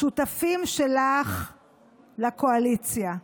השותפים שלך לקואליציה.